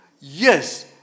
Yes